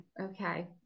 okay